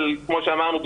אבל כמו שאמרנו,